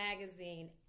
Magazine